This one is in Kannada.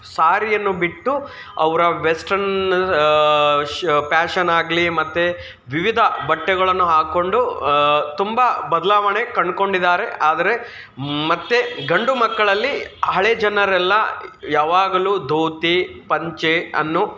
ಸಾರಿಯನ್ನು ಬಿಟ್ಟು ಅವರ ವೆಸ್ಟರ್ನ್ ಶ್ ಪ್ಯಾಶನಾಗಲೀ ಮತ್ತು ವಿವಿಧ ಬಟ್ಟೆಗಳನ್ನು ಹಾಕ್ಕೊಂಡು ತುಂಬ ಬದಲಾವಣೆ ಕಂಡುಕೊಂಡಿದ್ದಾರೆ ಆದರೆ ಮತ್ತು ಗಂಡು ಮಕ್ಕಳಲ್ಲಿ ಹಳೆ ಜನರೆಲ್ಲ ಯಾವಾಗಲೂ ಧೋತಿ ಪಂಚೆ ಅನ್ನು